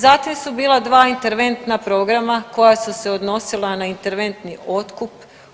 Zatim su bila dva interventna programa koja su se odnosila na interventni otkup